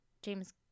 James